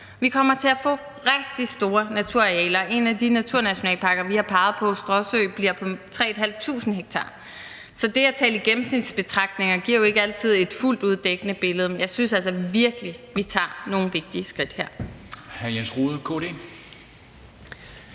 Vi kommer til at få rigtig store naturarealer – en af de naturnationalparker, vi har peget på, Stråsø, bliver på 3.500 ha. Så det at tale i gennemsnitsbetragtninger giver jo ikke altid et fuldt ud dækkende billede. Jeg synes altså virkelig, vi tager nogle vigtige skridt her.